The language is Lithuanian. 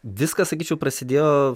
viskas sakyčiau prasidėjo